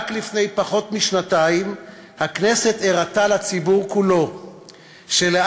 רק לפני פחות משנתיים הכנסת הראתה לציבור כולו שלאף